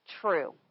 true